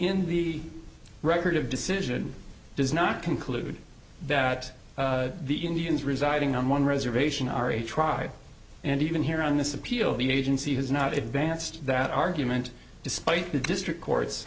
the record of decision does not conclude that the indians residing on one reservation are a try and even here on this appeal the agency has not advanced that argument despite the district cour